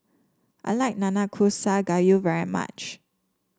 I like Nanakusa Gayu very much